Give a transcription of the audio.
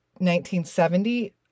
1970